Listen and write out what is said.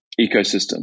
ecosystem